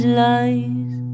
lies